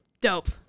dope